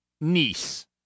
niece